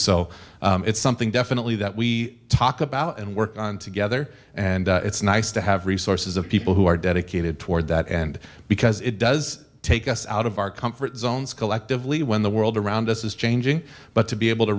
so it's something definitely that we talk about and work on together and it's nice to have resources of people who are dedicated toward that and because it does take us out of our comfort zones collectively when the world around us is changing but to be able to